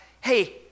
hey